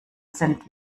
sind